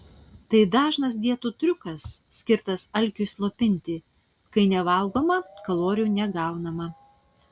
tai dažnas dietų triukas skirtas alkiui slopinti kai nevalgoma kalorijų negaunama